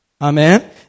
Amen